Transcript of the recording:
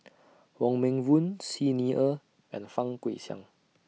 Wong Meng Voon Xi Ni Er and Fang Guixiang